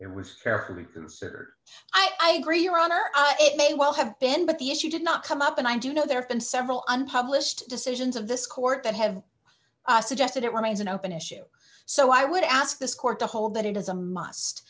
considered i agree your honor it may well have been but the issue did not come up and i do know there have been several unpublished decisions of this court that have suggested it remains an open issue so i would ask this court to hold that it is a must